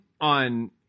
on